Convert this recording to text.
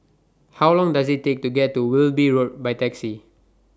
How Long Does IT Take to get to Wilby Road By Taxi